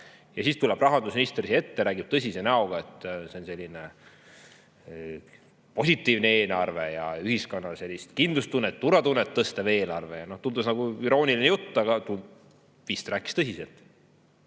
Ja siis tuleb rahandusminister siia ette, räägib tõsise näoga, et see on selline positiivne eelarve ning ühiskonna kindlustunnet ja turvatunnet tõstev eelarve. Tundus nagu irooniline jutt, aga vist rääkis tõsiselt.